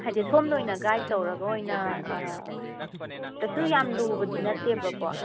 ꯍꯥꯏꯗꯤ ꯁꯣꯝꯅ ꯑꯣꯏꯅ ꯒꯥꯏꯗ ꯇꯧꯔꯒ ꯑꯣꯏꯅ ꯀꯩꯁꯨ ꯌꯥꯝ ꯂꯨꯕꯗꯤ ꯅꯠꯇꯦꯕꯀꯣ